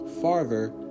farther